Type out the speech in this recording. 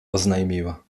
oznajmiła